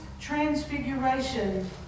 transfiguration